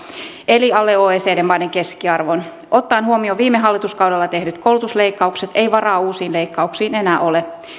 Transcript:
eli alle oecd maiden maiden keskiarvon ottaen huomioon viime hallituskaudella tehdyt koulutusleikkaukset ei varaa uusiin leikkauksiin enää ole